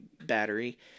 battery